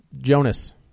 Jonas